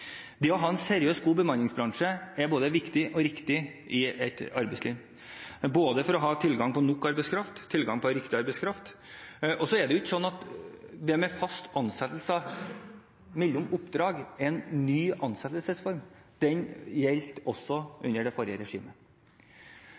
Det å ha en seriøs og god bemanningsbransje er både viktig og riktig i et arbeidsliv, både for å ha tilgang på nok arbeidskraft og tilgang på riktig arbeidskraft. Så er det ikke slik at fast ansettelse uten lønn mellom oppdrag er en ny ansettelsesform. Det gjaldt også under det forrige regimet.